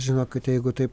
žinokite jeigu taip